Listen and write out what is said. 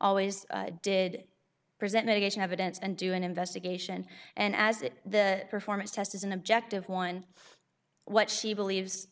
always did present mitigation have events and do an investigation and as it the performance test is an objective one what she believes